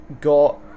got